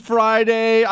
Friday